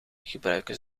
gebruiken